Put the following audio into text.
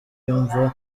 yumva